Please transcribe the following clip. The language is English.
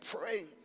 praying